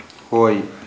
ꯍꯣꯏ